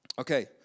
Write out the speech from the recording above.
Okay